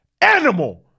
animal